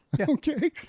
Okay